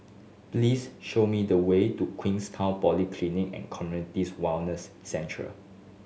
please show me the way to Queenstown Polyclinic and Community Wellness Centre